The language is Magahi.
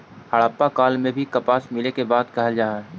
हड़प्पा काल में भी कपास मिले के बात कहल जा हई